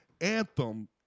anthem